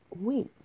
week